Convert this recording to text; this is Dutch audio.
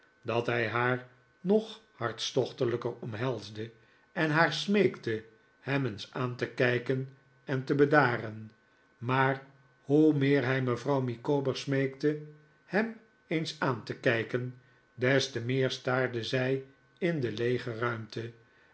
dat hij haar nog hartstochtelijker omhelsde en haar smeekte hem eens aan te kijken en te bedaren maar hoe meer hij mevrouw micawber smeekte hem eens aan te kijken des te meer staarde zij in de leege ruimtej